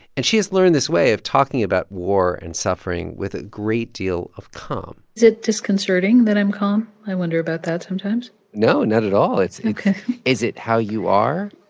and she has learned this way of talking about war and suffering with a great deal of calm is it disconcerting that i'm calm? i wonder about that sometimes no, not at all ok is it how you are?